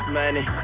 money